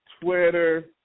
Twitter